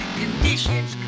conditions